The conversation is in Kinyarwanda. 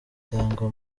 cyangwa